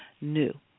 new